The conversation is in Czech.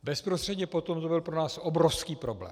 Bezprostředně potom to byl pro nás obrovský problém.